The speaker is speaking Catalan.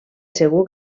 segur